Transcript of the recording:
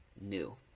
new